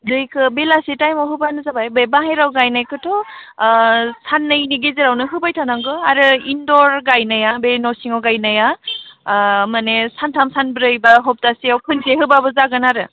दैखो बेलासि टाइमाव होब्लानो जाबाय बे बाहेरायाव गायनायखोथ' साननैनि गेजेरावनो होबाय थानांगौ आरो इन्डर गायनाया बे न' सिङाव गायनाया माने सानथाम सानब्रै बा सप्तासेयाव खुनसे होब्लाबो जागोन आरो